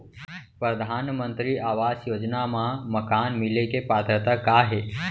परधानमंतरी आवास योजना मा मकान मिले के पात्रता का हे?